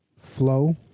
flow